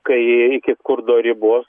kai iki skurdo ribos